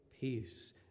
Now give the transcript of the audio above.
peace